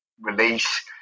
release